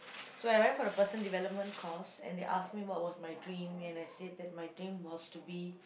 so I went for the person development course and they ask me what was my dream and I said that my dream was to be